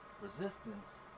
Resistance